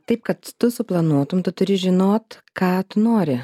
taip kad tu suplanuotum turi žinot ką tu nori